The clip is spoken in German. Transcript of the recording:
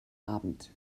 abend